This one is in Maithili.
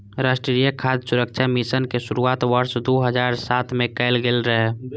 राष्ट्रीय खाद्य सुरक्षा मिशन के शुरुआत वर्ष दू हजार सात मे कैल गेल रहै